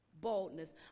boldness